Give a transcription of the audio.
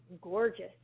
gorgeous